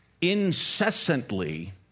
incessantly